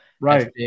Right